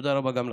תודה רבה גם לכם.